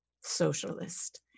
socialist